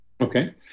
Okay